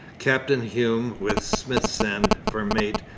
captain hume, with smithsend for mate,